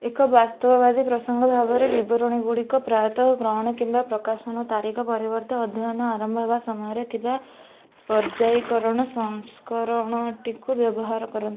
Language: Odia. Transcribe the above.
ଏକ ବାସ୍ତବବାଦୀ ପ୍ରସଙ୍ଗ ଭାବରେ ବିବରଣୀ ଗୁଡ଼ିକ ପ୍ରାୟତଃ ଗ୍ରହଣ କିମ୍ବା ପ୍ରକାଶନ ତାରିଖ ପରିବର୍ତ୍ତେ ଅଧ୍ୟୟନ ଆରମ୍ଭ ହେବା ସମୟରେ ଥିବା ପର୍ଯ୍ୟାୟୀକରଣ ସଂସ୍କରଣଟିକୁ ବ୍ୟବହାର କରନ୍ତି